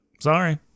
sorry